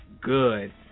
Good